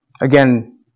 Again